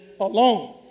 alone